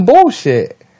bullshit